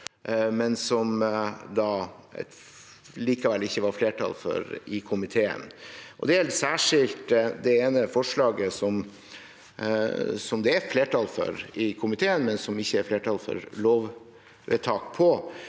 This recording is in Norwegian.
det da likevel ikke flertall for i komiteen. Dette gjelder særskilt det ene forslaget som det er flertall for i komiteen, men som det ikke er flertall for et lovvedtak om,